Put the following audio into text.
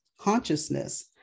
consciousness